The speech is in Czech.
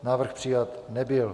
Návrh přijat nebyl.